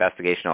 investigational